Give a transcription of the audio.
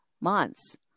months